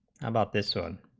about this one